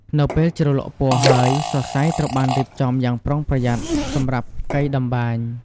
នៅពេលជ្រលក់ពណ៌ហើយ សរសៃត្រូវបានរៀបចំយ៉ាងប្រុងប្រយ័ត្នសម្រាប់កីតម្បាញ។